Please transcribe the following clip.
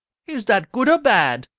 is that good or bad?